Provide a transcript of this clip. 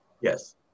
Yes